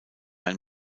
ein